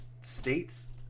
states